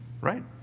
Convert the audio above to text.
right